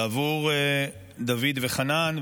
עבור דוד וחנן,